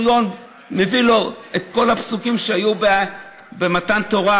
אומר לו בן-גוריון ומביא לו את כל הפסוקים שהיו במתן תורה,